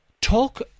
Talk